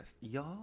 Y'all